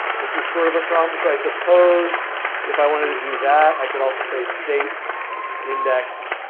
which is sort of a problem. so i suppose if i wanted to do that, i could also say states index,